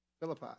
Philippi